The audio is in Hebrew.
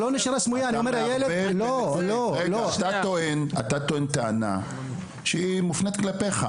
אתה טוען טענה שהיא מופנית כלפיך.